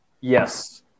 Yes